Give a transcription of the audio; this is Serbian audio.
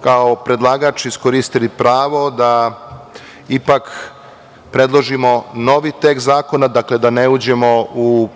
kao predlagač iskoristili pravo da ipak predložimo novi tekst zakona, dakle da ne uđemo u